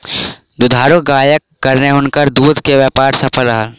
दुधारू गायक कारणेँ हुनकर दूध के व्यापार सफल रहल